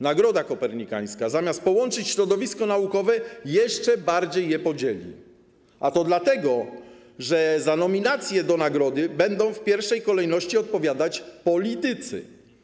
Nagroda Kopernikańska zamiast połączyć środowisko naukowe, jeszcze bardziej je podzieli, a to dlatego, że za nominację do nagrody będą w pierwszej kolejności odpowiadać politycy.